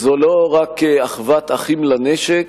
זו לא רק אחוות אחים לנשק,